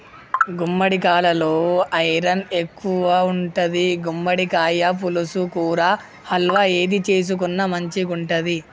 గుమ్మడికాలలో ఐరన్ ఎక్కువుంటది, గుమ్మడికాయ పులుసు, కూర, హల్వా ఏది చేసుకున్న మంచిగుంటది